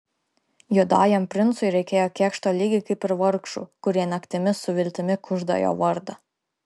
juodajam princui reikėjo kėkšto lygiai kaip ir vargšų kurie naktimis su viltimi kužda jo vardą